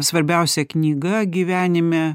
svarbiausia knyga gyvenime